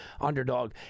underdog